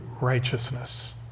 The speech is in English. righteousness